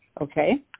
okay